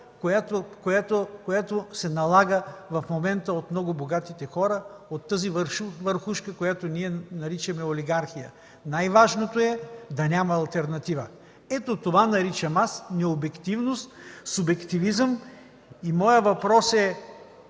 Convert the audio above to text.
която се налага в момента от много богатите хора, от тази върхушка, която ние наричаме олигархия: най-важното е да няма алтернатива! Ето това наричам аз необективност, субективизъм и моят въпрос е